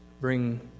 bring